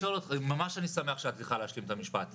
ממש אני שמח שאת צריכה להשלים את המשפט.